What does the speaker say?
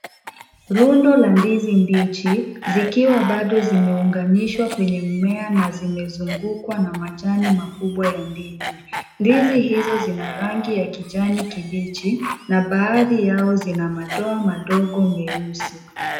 Rundo la ndizi mbichi, zikiwa bado zimeunganishwa kwenye mmea na zimezungukwa na majani makubwa ya ndizi . Ndizi hizo zina rangi ya kijani kibichi. Na baadhi yao zina madoa madogo meusi.